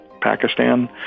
Pakistan